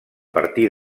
partir